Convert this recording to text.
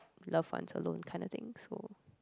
loves one alone kind of thing so